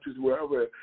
wherever